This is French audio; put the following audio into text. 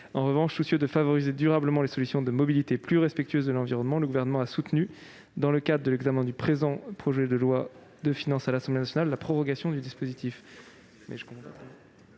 En revanche, soucieux de favoriser durablement les solutions de mobilité plus respectueuses de l'environnement, le Gouvernement a soutenu, dans le cadre de l'examen du présent projet de loi de finances à l'Assemblée nationale, la prorogation du dispositif.